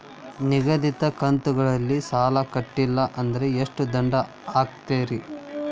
ನಿಗದಿತ ಕಂತ್ ಗಳಲ್ಲಿ ಸಾಲ ಕಟ್ಲಿಲ್ಲ ಅಂದ್ರ ಎಷ್ಟ ದಂಡ ಹಾಕ್ತೇರಿ?